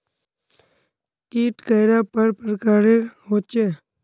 कीट कैडा पर प्रकारेर होचे?